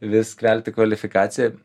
vis kelti kvalifikaciją